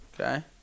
Okay